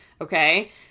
okay